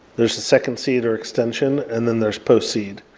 there's the second seed or extension, and then there's post-seed.